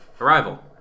Arrival